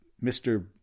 Mr